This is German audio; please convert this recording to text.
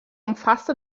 umfasste